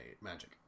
magic